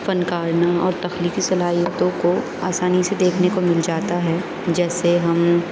فنکارانہ اور تخلیقی صلاحیتوں کو آسانی سے دیکھنے کو مل جاتا ہے جیسے ہم